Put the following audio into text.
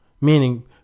meaning